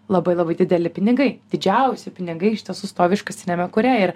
labai labai dideli pinigai didžiausi pinigai iš tiesų stovi iškastiniame kure ir